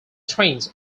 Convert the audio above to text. trains